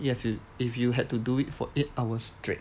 you have to if you had to do it for eight hours straight